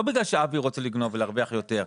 לא בגלל שאבי רוצה לגנוב ולהרוויח יותר,